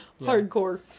Hardcore